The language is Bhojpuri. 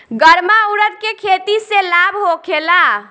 गर्मा उरद के खेती से लाभ होखे ला?